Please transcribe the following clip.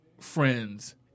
Friends